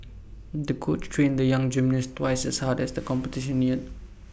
the coach trained the young gymnast twice as hard as the competition neared